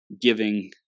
giving